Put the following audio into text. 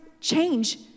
change